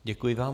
Děkuji vám.